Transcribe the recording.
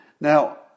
Now